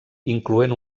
incloent